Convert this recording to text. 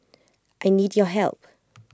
I need your help